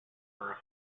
her